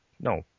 no